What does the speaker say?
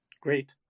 Great